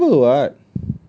but he never [what]